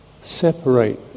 separate